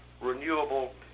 renewable